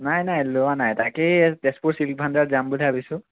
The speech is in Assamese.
নাই নাই লোৱা নাই তাকেই আজি তেজপুৰ চিল্ক ভাণ্ডাৰত যাম বুলি ভাবিছোঁ